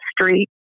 Street